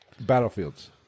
battlefields